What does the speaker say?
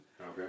Okay